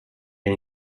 den